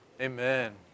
amen